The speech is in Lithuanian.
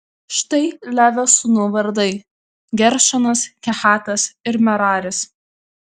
štai levio sūnų vardai geršonas kehatas ir meraris